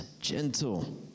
Gentle